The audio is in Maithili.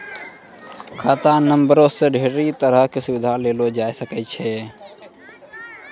खाता नंबरो से ढेरी तरहो के सुविधा लेलो जाय सकै छै